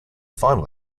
final